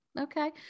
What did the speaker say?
Okay